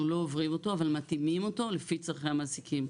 לא עוברים אותו אבל מתאימים אותו לפי צרכי המעסיקים.